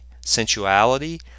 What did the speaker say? sensuality